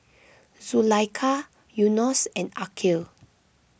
Zulaikha Yunos and Aqil